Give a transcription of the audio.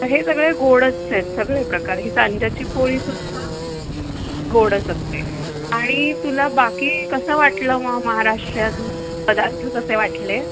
हे सगळे गोडच आहेत सगळे प्रकार ही सांज्याची पोळी सुद्धा गोडच असते आणि तुला बाकी कसं वाटलं मग महाराष्ट्रीयन पदार्थ कसे वाटले